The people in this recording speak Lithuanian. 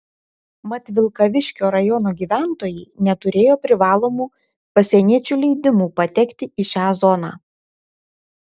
mat vilkaviškio rajono gyventojai neturėjo privalomų pasieniečių leidimų patekti į šią zoną